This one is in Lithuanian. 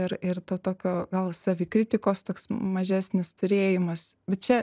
ir ir to tokio gal savikritikos toks mažesnis turėjimas bet čia